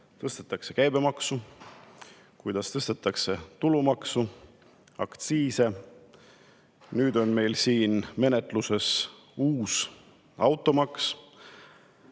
tõstetakse käibemaksu, kuidas tõstetakse tulumaksu ja aktsiise, ning nüüd on meil menetluses uus automaks.